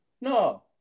No